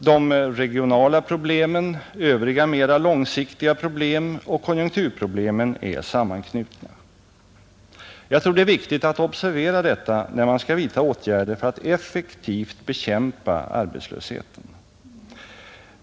De regionala problemen, övriga mera långsiktiga problem och konjunkturproblemen är sammanknutna, Jag tror det är viktigt att observera detta, när man skall vidta åtgärder för att effektivt bekämpa arbetslösheten.